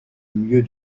mieux